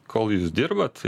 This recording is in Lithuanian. kol jūs dirbat